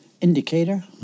indicator